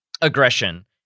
aggression